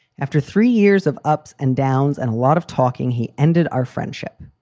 after three years of ups and downs and a lot of talking, he ended our friendship.